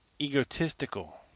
Egotistical